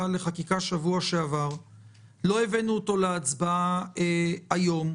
לחקיקה בשבוע שעבר ולא הבאנו אותו להצבעה היום,